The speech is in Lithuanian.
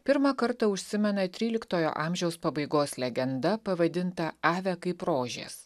pirmą kartą užsimena tryliktojo amžiaus pabaigos legenda pavadinta ave kaip rožės